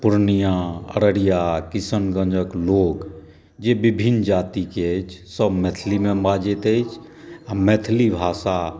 पूर्णिया अररिया किशनगंजक लोक जे विभिन्न जातिक अछि सभ मैथिलीमे बाजैत अछि आ मैथिली भाषा